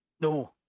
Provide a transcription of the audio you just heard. No